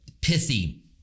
pithy